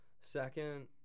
Second